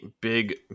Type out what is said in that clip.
big